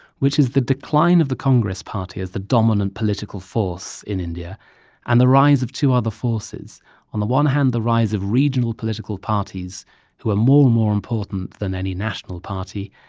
which is the decline of the congress party as the dominant political force in india and the rise of two other forces on the one hand, the rise of regional political parties who are more and more important than any national party,